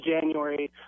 January